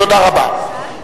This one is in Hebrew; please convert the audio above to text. תודה רבה.